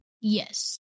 Yes